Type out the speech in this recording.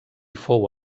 fou